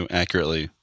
accurately